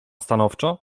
stanowczo